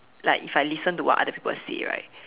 like if I listen to what other people say right